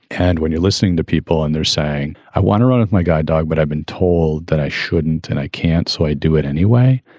and when you're listening to people and they're saying, i want to run my guide dog, but i've been told that i shouldn't and i can't. so i do it anyway.